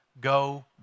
go